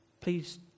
Please